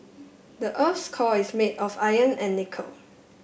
the earth's core is made of iron and nickel